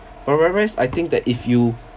whe~ whereas I think that if you